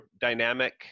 dynamic